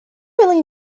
really